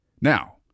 now